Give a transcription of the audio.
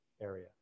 area